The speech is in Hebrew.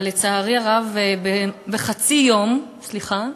אבל לצערי הרב, בחצי יום סליחה?